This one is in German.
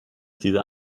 dieser